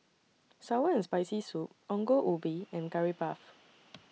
Sour and Spicy Soup Ongol Ubi and Curry Puff